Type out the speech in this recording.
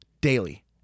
Daily